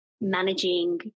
managing